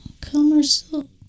commercial